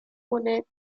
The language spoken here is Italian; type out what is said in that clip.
monete